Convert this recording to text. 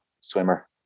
swimmer